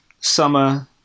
summer